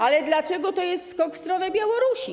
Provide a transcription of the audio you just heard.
Ale dlaczego to jest skok w stronę Białorusi?